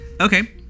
Okay